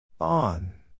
On